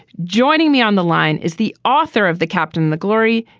joining me on the line is the author of the captain the glory,